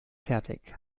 fertig